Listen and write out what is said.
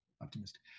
optimistic